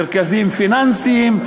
מרכזים פיננסיים.